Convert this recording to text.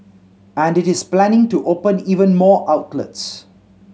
and it is planning to open even more outlets